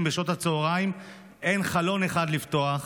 בשעות הצוהריים אין חלון אחד לפתוח.